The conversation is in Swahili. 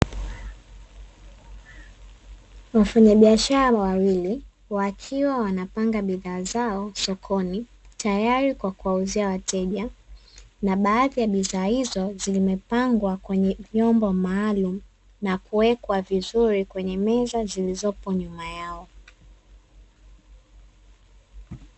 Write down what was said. Wafanyabiashara wawili, wakiwa wanapanga bidhaa zao sokoni tayari kwa kuwauzia wateja, na baadhi ya bidhaa hizo zimepangwa kwenye vyombo maalumu na kuwekwa vizuri kwenye meza zilizopo nyuma yao.